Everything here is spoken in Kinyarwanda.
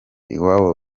iwabo